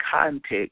context